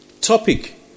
Topic